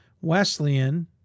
Wesleyan